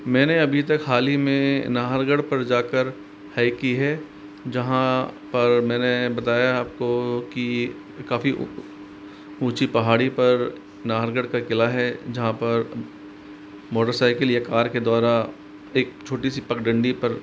मैंने अभी तक हाल ही में नाहरगढ़ पर जाकर हाइक की है जहाँ पर मैंने बताया आपको की काफी ऊँची पहाड़ी पर नाहरगढ़ का किला है जहाँ पर मोटरसाइकिल या कार के द्वारा एक छोटी सी पगडण्डी पर